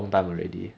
okay